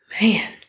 Man